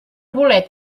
bolet